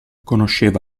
conosceva